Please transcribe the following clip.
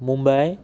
Mumbai